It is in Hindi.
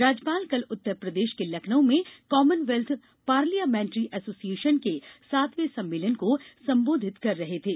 राज्यपाल कल उत्तर प्रदेश के लखनऊ में कॉमनवेल्थ पार्लियामेन्ट्री एसोसिएशन के सातवें सम्मेलन को संबोधित कर रहे थे